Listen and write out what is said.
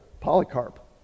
Polycarp